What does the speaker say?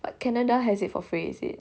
canada has it for free is it